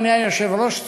אדוני היושב-ראש,